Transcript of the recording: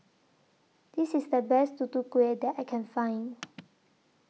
This IS The Best Tutu Kueh that I Can Find